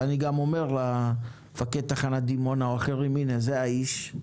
ואני גם אומר למפקד תחנת דימונה או לאחרים שזה האיש,